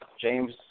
James